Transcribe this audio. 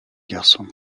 garçon